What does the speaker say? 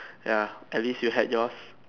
ya at least you had yours